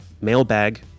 mailbag